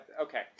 okay